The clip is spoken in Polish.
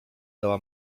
dała